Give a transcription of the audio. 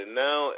now